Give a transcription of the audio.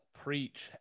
preach